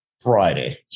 Friday